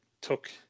took